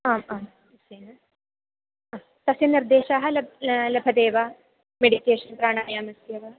आम् आम् निश्चयेन सम्यक् तस्य निर्देशाः लब् लभन्ते वा मेडिकेशन् प्राणायामस्य वा